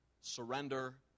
surrender